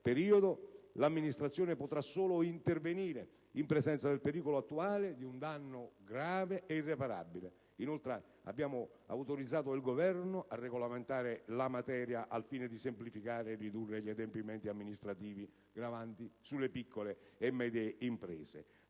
periodo l'amministrazione potrà solo intervenire in presenza del pericolo attuale di un danno grave e irreparabile. Inoltre, abbiamo autorizzato il Governo a regolamentare la materia al fine di semplificare e ridurre gli adempimenti amministrativi gravanti sulle piccole e medie imprese.